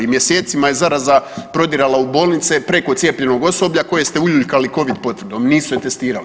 Mjesecima je zaraza prodirala u bolnice preko cijepljenog osoblja koje ste uljuljkali covid potvrdom, nisu se testirali.